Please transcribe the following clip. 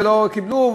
ולא קיבלו,